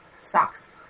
socks